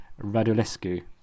radulescu